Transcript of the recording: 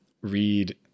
read